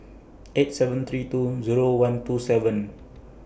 eight seven three two Zero one two seven